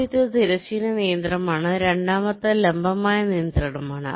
ആദ്യത്തേത് തിരശ്ചീന നിയന്ത്രണമാണ് രണ്ടാമത്തേത് ലംബമായ നിയന്ത്രണമാണ്